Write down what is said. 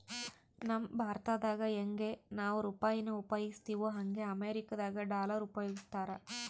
ನಮ್ ಭಾರತ್ದಾಗ ಯಂಗೆ ನಾವು ರೂಪಾಯಿನ ಉಪಯೋಗಿಸ್ತಿವೋ ಹಂಗೆ ಅಮೇರಿಕುದಾಗ ಡಾಲರ್ ಉಪಯೋಗಿಸ್ತಾರ